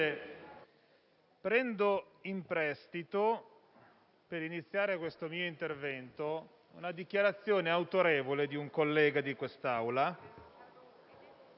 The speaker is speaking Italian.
prendo in prestito, per iniziare questo mio intervento, la dichiarazione autorevole di un collega di questa